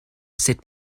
sut